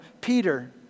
Peter